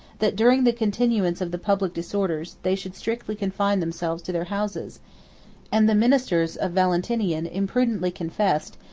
that, during the continuance of the public disorders, they should strictly confine themselves to their houses and the ministers of valentinian imprudently confessed,